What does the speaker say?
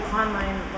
online